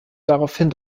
daraufhin